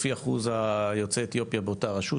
לפי אחוז יוצאי אתיופיה באותה רשות,